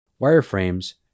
Wireframes